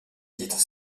titres